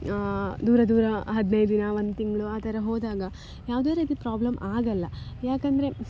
ದೂರ ದೂರ ಹದಿನೈದು ದಿನ ಒಂದು ತಿಂಗಳು ಆ ಥರ ಹೋದಾಗ ಯಾವುದೇ ರೀತಿ ಪ್ರಾಬ್ಲಮ್ ಆಗಲ್ಲ ಯಾಕಂದರೆ